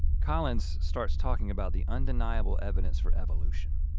collins starts talking about the undeniable evidence for evolution,